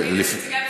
כן.